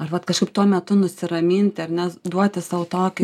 ar vat kažkaip tuo metu nusiraminti ar ne duoti sau tokį